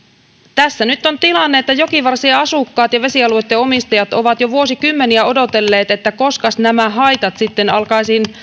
tässä on nyt se tilanne että jokivarsien asukkaat ja vesialueitten omistajat ovat jo vuosikymmeniä odotelleet että koskas nämä haitat sitten